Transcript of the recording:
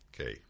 Okay